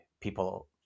people